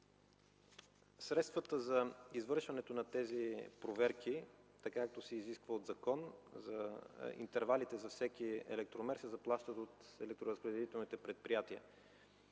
Средствата за извършването на тези проверки, така както се изисква по закон, в интервалите за всеки електромер, се заплащат от електроразпределителните предприятия.